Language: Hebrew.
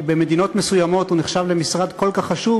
שבמדינות מסוימות נחשב למשרד כל כך חשוב,